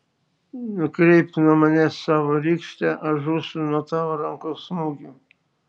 nukreipk nuo manęs savo rykštę aš žūstu nuo tavo rankos smūgių